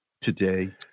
today